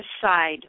side